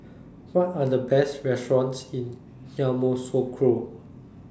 What Are The Best restaurants in Yamoussoukro